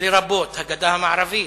לרבות הגדה המערבית,